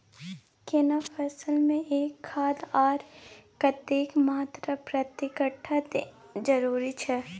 केना फसल मे के खाद आर कतेक मात्रा प्रति कट्ठा देनाय जरूरी छै?